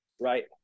Right